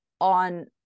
on